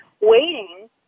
waiting